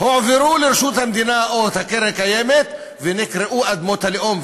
הועברו לרשות המדינה או הקרן הקיימת ונקראו "אדמות הלאום".